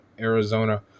Arizona